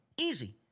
easy